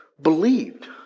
believed